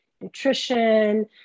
nutrition